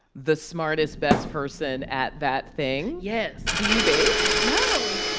the smartest, best person at that thing yes do you bake? no